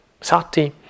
Sati